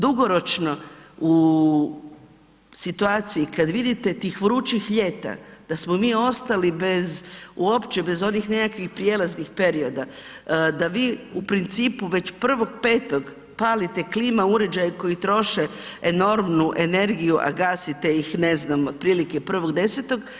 Dugoročno u situaciji kada vidite tih vrućih ljeta da smo mi ostali bez, uopće bez onih nekakvih prijelaznih perioda, da vi u principu već 1.5. palite klima uređaje koji troše enormnu energiju a gasite ih ne znam otprilike 1.10.